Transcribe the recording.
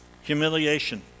humiliation